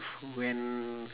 when